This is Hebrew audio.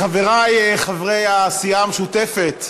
חברי חברי הסיעה המשותפת.